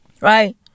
Right